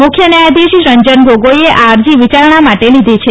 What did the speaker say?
મુખ્ય ન્યાયાધીશશ્રી રંજન ગોગોઇએ આ અરજી વિચારણા માટે લીધી છે